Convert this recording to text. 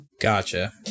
Gotcha